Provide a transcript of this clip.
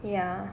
ya